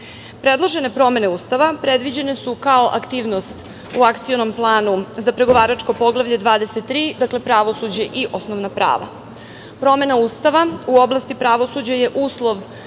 Srbiju. Predložene promene Ustava predviđene su kao aktivnost u Akcionom planu za Pregovaračko poglavlje 23, pravosuđe i osnovna prava. Promena Ustava u oblasti pravosuđa je uslov